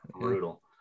brutal